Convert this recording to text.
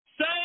Say